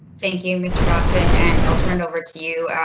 thank you mr. dawson and i'll turn it over to you.